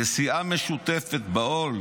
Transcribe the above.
נשיאה משותפת בעול